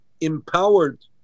empowered